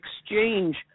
exchange